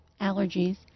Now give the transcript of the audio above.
allergies